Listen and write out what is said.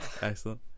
Excellent